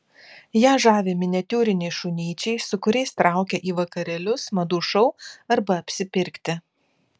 ją žavi miniatiūriniai šunyčiai su kuriais traukia į vakarėlius madų šou arba apsipirkti